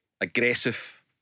aggressive